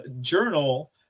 journal